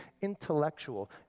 intellectual